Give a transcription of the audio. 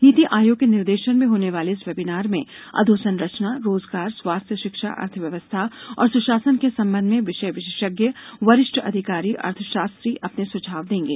नीति आयोग के निर्देशन में होने वाले इस वेबीनार में अधोसंरचना रोजगार स्वास्थ्य शिक्षा अर्थव्यवस्था और सुशासन के संबंध में विषय विशेषज्ञ वरिष्ठ अधिकारी अर्थशास्त्री अपने सुझाव देंगे